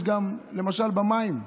למשל במים.